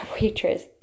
waitress